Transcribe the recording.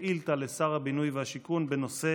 שאילתה לשר הבינוי והשיכון בנושא